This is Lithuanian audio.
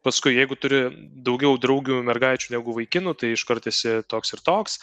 paskui jeigu turi daugiau draugių mergaičių negu vaikinų tai iškart esi toks ir toks